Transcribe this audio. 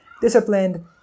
disciplined